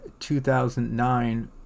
2009